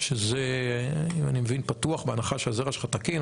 שזה אני מבין פתוח בהנחה שהזרע שלך תקין.